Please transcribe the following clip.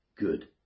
good